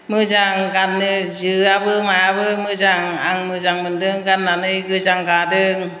मोजां गाननो जोआबो मायाबो मोजां आं मोजां मोनदों गाननानै गोजां गादों